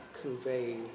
convey